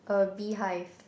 a bee hive